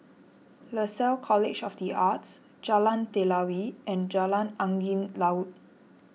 Lasalle College of the Arts Jalan Telawi and Jalan Angin Laut